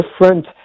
different